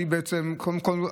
קודם כול,